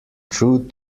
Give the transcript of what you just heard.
through